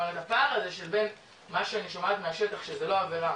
כלומר את הפער הזה שבין מה שאני שומעת מהשטח שזה לא עבירה